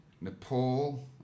Nepal